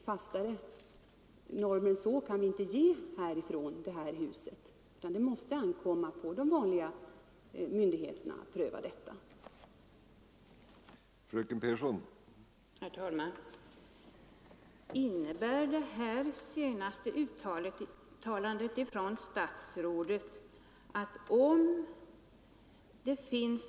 Fastare normer än så kan vi inte ge, utan det måste ankomma på myndigheterna att i vanlig ordning pröva omfattningen av utbildningen.